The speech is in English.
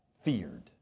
feared